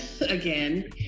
again